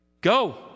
Go